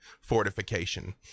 fortification